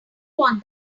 want